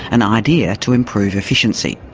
an idea to improve efficiency.